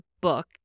book